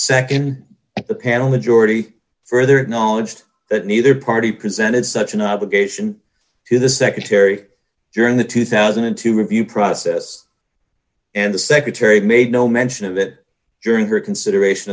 the panel majority further knowledged that neither party presented such an obligation to the secretary during the two thousand and two review process and the secretary made no mention of it during her consideration